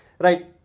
Right